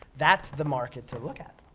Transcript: that's the market to look at.